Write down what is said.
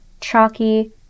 chalky